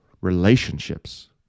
relationships